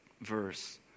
verse